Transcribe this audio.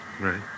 Right